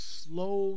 slow